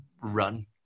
run